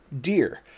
deer